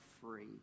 free